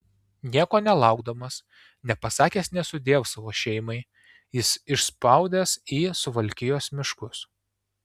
nieko nelaukdamas nepasakęs nė sudiev savo šeimai jis išspaudęs į suvalkijos miškus